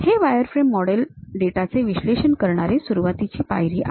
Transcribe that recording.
हे wireframe model डेटाचे विश्लेषण करणारी सुरुवातीची पायरी आहेत